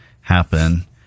happen